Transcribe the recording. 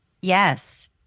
Yes